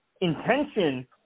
intention